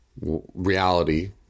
reality